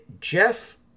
Jeff